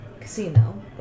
casino